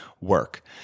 work